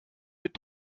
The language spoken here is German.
mit